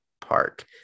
Park